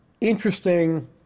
interesting